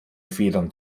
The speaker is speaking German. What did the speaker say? federn